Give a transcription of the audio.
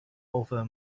over